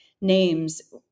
names